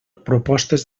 propostes